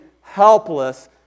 helpless